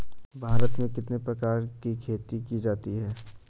भारत में कितने प्रकार की खेती की जाती हैं?